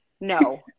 No